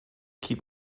keep